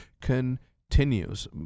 continues